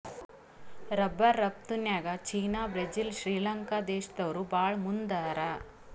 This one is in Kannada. ರಬ್ಬರ್ ರಫ್ತುನ್ಯಾಗ್ ಚೀನಾ ಬ್ರೆಜಿಲ್ ಶ್ರೀಲಂಕಾ ದೇಶ್ದವ್ರು ಭಾಳ್ ಮುಂದ್ ಹಾರ